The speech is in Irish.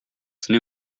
san